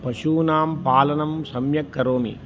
पशूनां पालनं सम्यक् करोमि